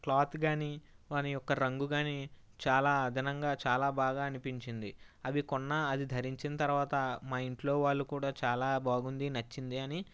cloth కానీ వాని యొక్క రంగు కానీ చాలా అదనంగా చాలా బాగా అనిపించింది అవి కొన్న అది ధరించిన తరువాత మా ఇంట్లో వాళ్ళు కూడా చాలా బాగుంది నచ్చింది అని